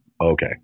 Okay